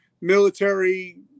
military